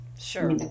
Sure